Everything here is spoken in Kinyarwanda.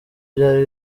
byari